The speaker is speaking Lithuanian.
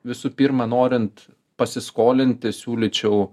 visų pirma norint pasiskolinti siūlyčiau